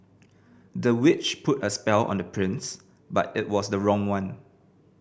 the witch put a spell on the prince but it was the wrong one